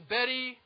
Betty